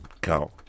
cow